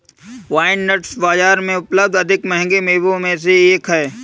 pine nuts बाजार में उपलब्ध अधिक महंगे मेवों में से एक हैं